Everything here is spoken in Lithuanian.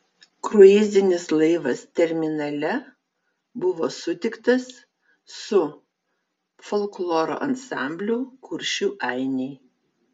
kruizinis laivas terminale buvo sutiktas su folkloro ansambliu kuršių ainiai